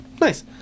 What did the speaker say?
Nice